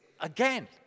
again